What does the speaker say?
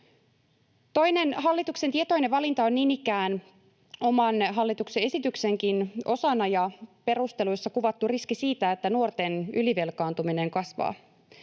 Toinen hallituksen tietoinen valinta on niin ikään oman hallituksen esityksenkin osana ja perusteluissa kuvattu riski siitä, että nuorten ylivelkaantuminen kasvaa.